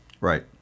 Right